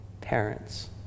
parents